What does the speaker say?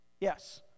Yes